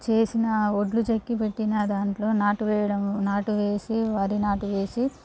చేసిన వడ్లు చెక్కి పెట్టిన దాంట్లో నాటు వేయడము నాటు వేసి వరి నాటు వేసి